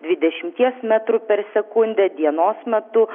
dvidešimties metrų per sekundę dienos metu